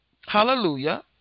hallelujah